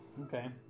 okay